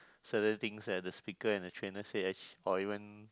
certain things that the speaker and the trainer said actu~ or even